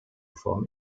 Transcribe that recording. from